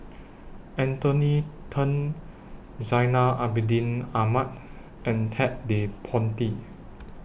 Anthony Then Zainal Abidin Ahmad and Ted De Ponti